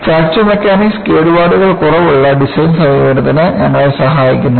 fracture mechanics കേടുപാടുകൾ കുറവുള്ള design സമീപനത്തിന് ഞങ്ങളെ സഹായിക്കുന്നുണ്ട്